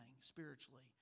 spiritually